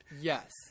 yes